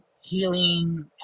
healing